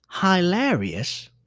hilarious